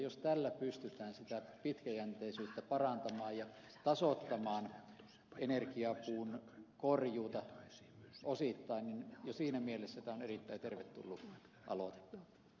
jos tällä pystytään sitä pitkäjänteisyyttä parantamaan ja tasoittamaan energiapuun korjuuta osittain niin siinä mielessä tämä on erittäin tervetullut aloite